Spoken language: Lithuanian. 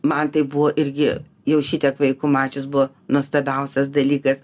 man tai buvo irgi jau šitiek vaikų mačius buvo nuostabiausias dalykas